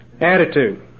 Attitude